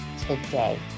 today